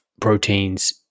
proteins